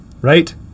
right